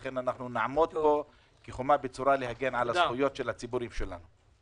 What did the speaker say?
לכן נעמוד פה כחומה בצורה להגן על הזכויות של הציבורים שלנו.